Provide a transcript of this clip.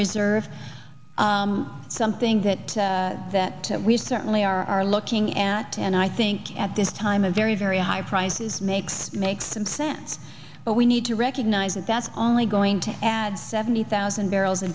reserve something that that we certainly are looking at and i think at this time a very very high prices makes make some sense but we need to recognize that that's only going to add seventy thousand barrels a